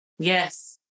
Yes